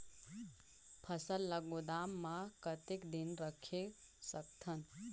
फसल ला गोदाम मां कतेक दिन रखे सकथन?